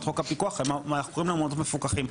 חוק הפיקוח אנחנו קוראים לה מעונות מפוקחים,